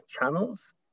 channels